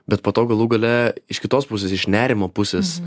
bet po to galų gale iš kitos pusės iš nerimo pusės